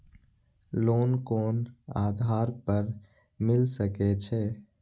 Loan कोन आधार पर मिल सके छे?